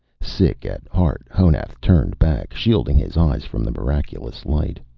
sick at heart, honath turned back, shielding his eyes from the miraculous light.